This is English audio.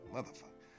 Motherfucker